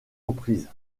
reprises